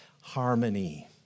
harmony